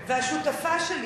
והשותפה שלי,